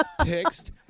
Text